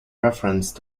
reference